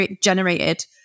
generated